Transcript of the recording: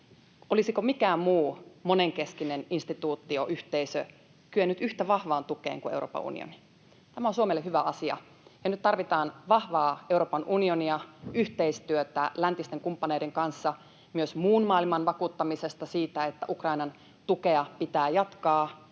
Olisiko mikään muu monenkeskinen instituutio, yhteisö kyennyt yhtä vahvaan tukeen kuin Euroopan unioni? Tämä on Suomelle hyvä asia, ja nyt tarvitaan vahvaa Euroopan unionia, yhteistyötä läntisten kumppaneiden kanssa — myös muun maailman vakuuttamisessa siitä, että Ukrainan tukea pitää jatkaa.